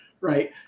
right